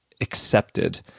accepted